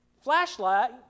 flashlight